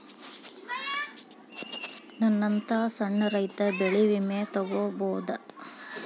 ನನ್ನಂತಾ ಸಣ್ಣ ರೈತ ಬೆಳಿ ವಿಮೆ ತೊಗೊಬೋದ?